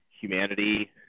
humanity